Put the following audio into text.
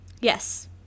Yes